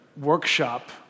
workshop